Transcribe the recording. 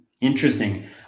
Interesting